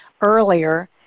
earlier